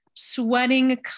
sweating